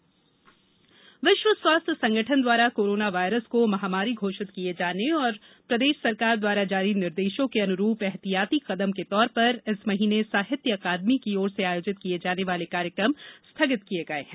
कार्यक्रम स्थगित विश्व स्वास्थ्य संगठन द्वारा कोरोना वायरस को महामारी घोषित किये जाने और प्रदेश सरकार द्वारा जारी निर्देशों के अनुरूप एहतियाती कदम के तौर पर इस महीने साहित्य अकादमी की ओर से आयोजित किये जाने वाले कार्यक्रम स्थगित किये गये हैं